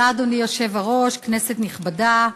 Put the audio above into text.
אדוני היושב-ראש, תודה, כנסת נכבדה,